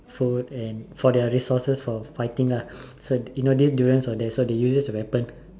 food and for their resources for fighting lah so you know durian was there so they use this weapon